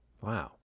Wow